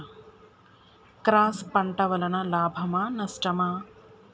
Cross పంట వలన లాభమా నష్టమా?